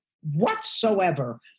whatsoever